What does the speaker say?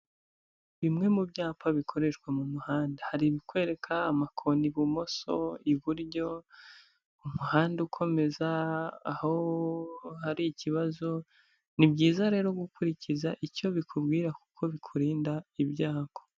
Bimwe mu byapa bikoreshwa mu muhanda, hari ibikwereka amakoni ibumoso, iburyo, umuhanda ukomeza, aho hari ikibazo, ni byiza rero gukurikiza icyo bikubwira kuko bikurinda ibyago.